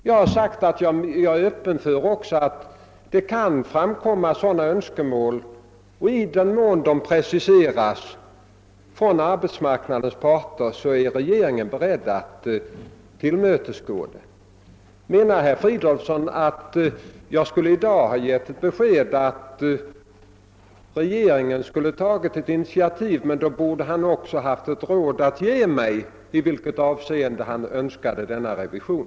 Jag har sagt i svaret att i den mån arbetsmarknadens parter framställer preciserade önskemål om reformer är regeringen beredd att tillmötesgå dem. Menar herr Fridolfsson att jag i dag skulle ha givit beskedet att regeringen skulle ta ett initiativ? I så fall borde han också ha talat om i vilket avseende han önskade en revision.